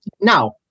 Now